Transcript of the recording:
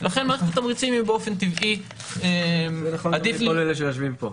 לכן מערכת התמריצים באופן טבעי היא --- זה נכון לכל אלה שיושבים פה.